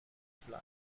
fly